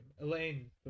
Elaine